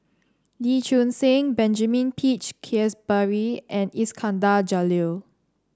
Lee Choon Seng Benjamin Peach Keasberry and Iskandar Jalil